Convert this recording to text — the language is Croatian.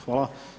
Hvala.